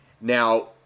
Now